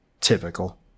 Typical